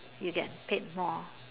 you get paid more